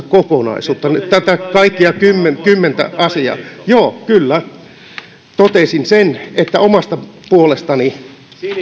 kokonaisuutta näitä kaikkia kymmentä asiaa joo kyllä totesin sen että omasta puolestani